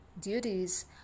duties